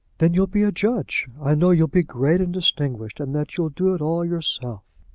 then you'll be a judge. i know you'll be great and distinguished, and that you'll do it all yourself.